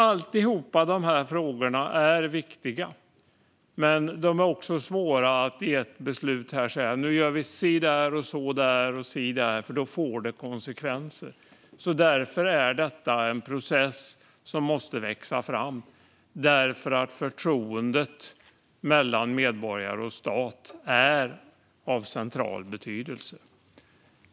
Alla dessa frågor är viktiga. Men de är svåra att besluta om här och säga: "Nu gör vi si där och så där." Det får konsekvenser. Detta är en process som måste växa fram, eftersom förtroendet mellan medborgare och stat är av central betydelse.